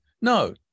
No